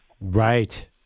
Right